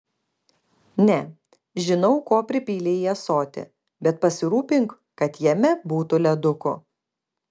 ne žinau ko pripylei į ąsotį bet pasirūpink kad jame būtų ledukų